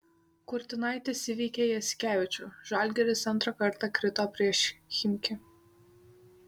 kurtinaitis įveikė jasikevičių žalgiris antrą kartą krito prieš chimki